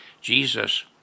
Jesus